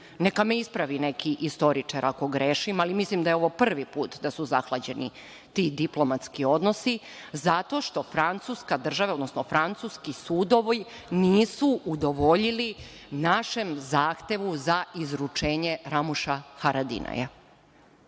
neka me ispravi neki istoričar ako grešim, ali mislim da je ovo prvi put da su zahlađeni ti diplomatski odnosi, zato što Francuska država, odnosno francuski sudovi nisu udovoljili našem zahtevu za izručenje Ramuša Haradinaja.